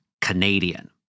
Canadian